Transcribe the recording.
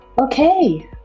okay